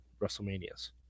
WrestleManias